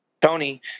Tony